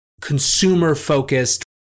consumer-focused